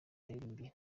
yaririmbye